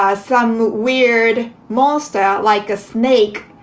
ah some weird monster like a snake,